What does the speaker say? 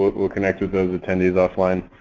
we'll connect with those attendees online.